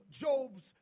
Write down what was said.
Job's